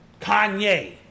Kanye